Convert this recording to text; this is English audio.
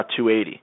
280